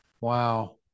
Wow